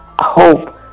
hope